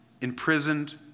imprisoned